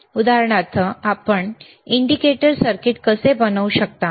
उदाहरणार्थ आपण indicator circuit कसे बनवू शकता